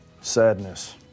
Sadness